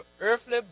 earthly